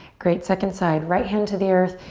great, second side. right hand to the earth.